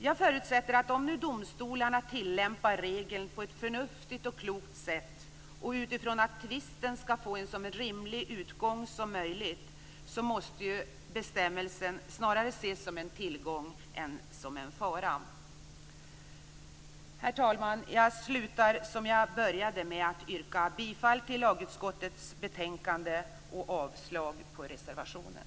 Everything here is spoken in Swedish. Jag förutsätter att om domstolarna tillämpar regeln på ett förnuftigt och klokt sätt och utifrån att tvisten skall få en så rimlig utgång som möjligt måste bestämmelsen snarare ses som en tillgång än en fara. Herr talman! Jag slutar med det jag började med, att yrka bifall till utskottets hemställan och avslag på reservationen.